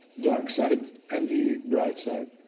dark side, and the bright side.